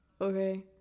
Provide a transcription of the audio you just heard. okay